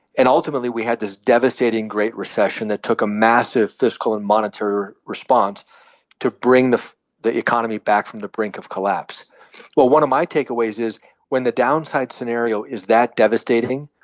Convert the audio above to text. and ultimately, we had this devastating great recession that took a massive fiscal and monetary response to bring the the economy back from the brink of collapse well, one of my takeaways is when the downside scenario is that devastating,